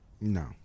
No